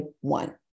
one